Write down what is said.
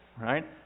right